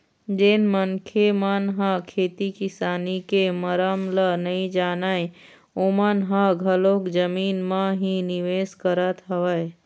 जेन मनखे मन ह खेती किसानी के मरम ल नइ जानय ओमन ह घलोक जमीन म ही निवेश करत हवय